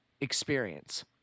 experience